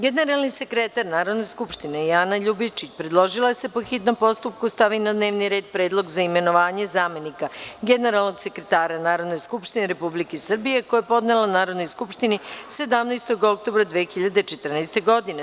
Generalni sekretar Narodne skupštine Jana Ljubičić predložila je da se po hitnom postupku stavi na dnevni red Predlog za imenovanje zamenika generalnog sekretara Narodne skupštine Republike Srbije, koji je podnela Narodnoj skupštini 17. oktobra 2014. godine.